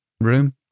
room